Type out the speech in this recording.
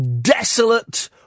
desolate